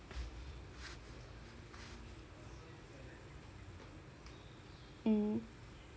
mm